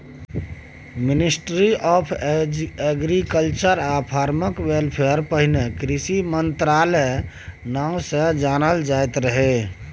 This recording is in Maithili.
मिनिस्ट्री आँफ एग्रीकल्चर आ फार्मर वेलफेयर पहिने कृषि मंत्रालय नाओ सँ जानल जाइत रहय